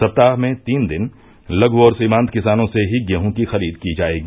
सप्ताह में तीन दिन लघु और सीमान्त किसानों से ही गेहूँ की खरीद की जायेगी